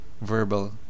verbal